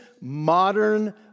modern